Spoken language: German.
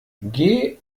geh